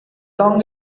long